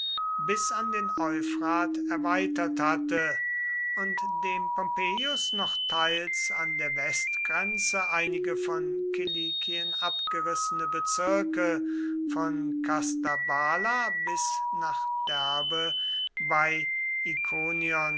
bis an den euphrat erweitert hatte und dem pompeius noch teils an der westgrenze einige von kilikien abgerissene bezirke von kastabala bis nach derbe bei